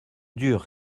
dur